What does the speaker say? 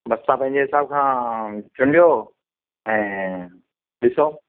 बसि तव्हां पंहिंजे हिसाब खां चुंॾियो ऐं ॾिसो